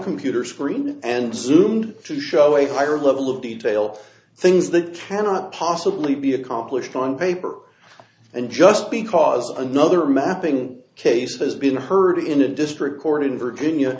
computer screen and zoomed to show a higher level of detail things that cannot possibly be accomplished on paper and just because another mapping case has been heard in a district court in virginia